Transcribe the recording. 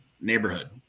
neighborhood